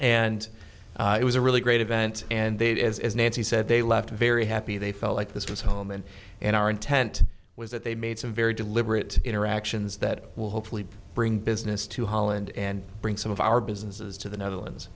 and it was a really great event and they did as nancy said they left very happy they felt like this was home and and our intent was that they made some very deliberate interactions that will hopefully bring business to holland and bring some of our businesses to the netherlands